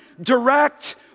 direct